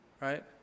right